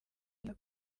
mwiza